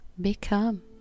become